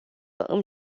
îmi